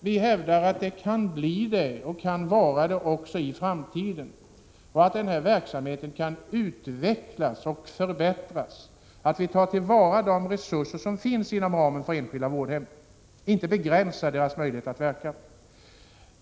Vi hävdar att de kan fortsätta att vara det också i framtiden. Verksamheten kan utvecklas och förbättras, och vi bör ta till vara de resurser som finns på enskilda vårdhem, inte begränsa deras möjligheter att verka.